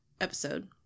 episode